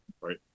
right